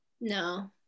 No